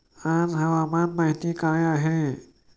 आज हवामान माहिती काय आहे?